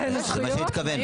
זה מה שהוא התכוון.